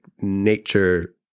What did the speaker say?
nature